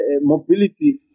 mobility